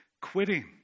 quitting